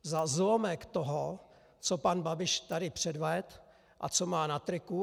Za zlomek toho, co pan Babiš tady předvedl a co má na triku.